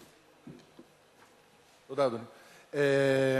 תודה, אדוני.